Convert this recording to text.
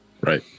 Right